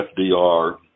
FDR